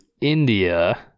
India